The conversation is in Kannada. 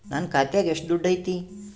ನನ್ನ ಖಾತ್ಯಾಗ ಎಷ್ಟು ದುಡ್ಡು ಐತಿ?